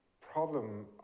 problem